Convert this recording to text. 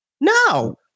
no